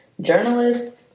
journalists